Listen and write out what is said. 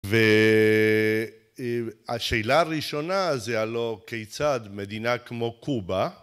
והשאלה הראשונה זה הלא כיצד מדינה כמו קובה